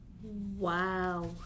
wow